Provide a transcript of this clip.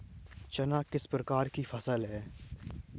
चना किस प्रकार की फसल है?